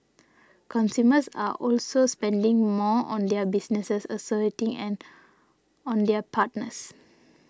consumers are also spending more on their business associates and on their partners